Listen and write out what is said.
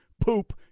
poop